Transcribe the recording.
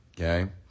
okay